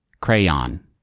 Crayon